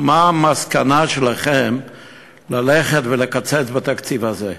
המסקנה שלכם ללכת ולקצץ בתקציב הזה.